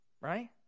Right